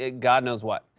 ah god knows what.